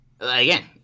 Again